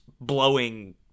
blowing